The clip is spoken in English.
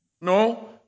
No